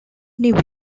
new